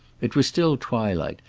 it was still twilight,